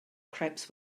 crepes